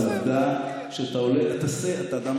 אל תסב.